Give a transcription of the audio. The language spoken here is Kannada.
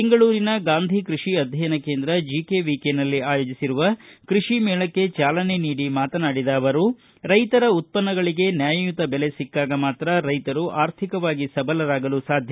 ಬೆಂಗಳೂರಿನ ಗಾಂದಿ ಕೃಷಿ ಅಧ್ಯಯನ ಕೇಂದ್ರ ಜಿಕೆವಿಕೆ ನಲ್ಲಿ ಆಯೋಜಿಸಿ ಕೃಷಿ ಮೇಳಕ್ಕೆ ಚಾಲನೆ ನೀಡಿ ಮಾತನಾಡಿದ ಅವರು ರೈತರ ಉತ್ಪನ್ನಗಳಿಗೆ ನ್ಯಾಯಯುತ ಬೆಲೆ ಸಿಕ್ಕಾಗ ಮಾತ್ರ ರೈತರು ಆರ್ಥಿಕವಾಗಿ ಸಬಲರಾಗಲು ಸಾಧ್ಯ